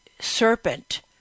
serpent